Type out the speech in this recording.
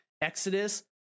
Exodus